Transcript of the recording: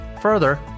Further